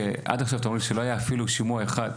ועד עכשיו אתם אומרים לי שלא היה אפילו שימוע אחד.